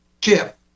chip